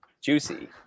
Juicy